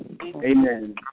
amen